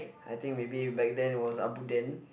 I think maybe back then it was abuntant